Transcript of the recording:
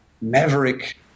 maverick